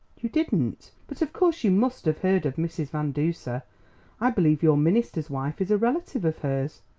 you didn't? but of course you must have heard of mrs. van duser i believe your minister's wife is a relative of hers.